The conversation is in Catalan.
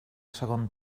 segon